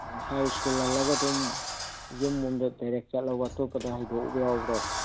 ꯉꯁꯥꯏ ꯁ꯭ꯀꯨꯜ ꯍꯜꯂꯛꯑꯒ ꯑꯗꯨꯝ ꯌꯨꯝ ꯂꯣꯝꯗ ꯗꯥꯏꯔꯦꯛ ꯆꯠꯂ ꯑꯇꯣꯞꯄꯗ ꯍꯥꯏꯗꯣꯛꯎꯕ ꯌꯥꯎꯕ꯭ꯔꯣ